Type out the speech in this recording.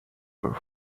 were